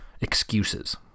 excuses